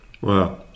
Wow